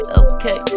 okay